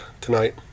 Tonight